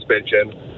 suspension